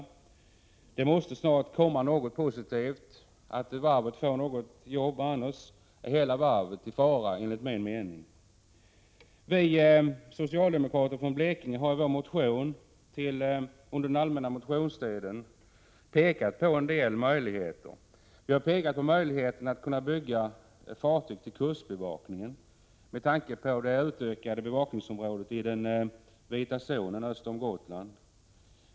Varvet måste snart få något jobb; annars är hela varvet i fara enligt min mening. Vi socialdemokrater från Blekinge har i en motion väckt under den allmänna motionstiden pekat på en del möjligheter. Vi har visat på möjligheten att bygga fartyg till kustbevakningen, med tanke på det ökade bevakningsområdet i den vita zonen öster om Gotland.